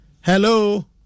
hello